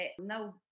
no